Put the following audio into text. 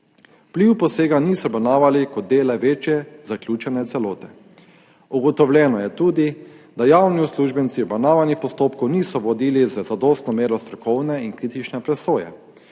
Vpliv posega niso obravnavali kot dela večje zaključene celote. Ugotovljeno je tudi, da javni uslužbenci obravnavanih postopkov niso vodili z zadostno mero strokovne in kritične presoje.